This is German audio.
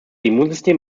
immunsystem